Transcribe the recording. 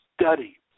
study